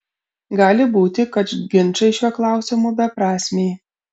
gali būti kad ginčai šiuo klausimu beprasmiai